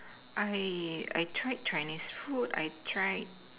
I I tried Chinese food I tried